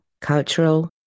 cultural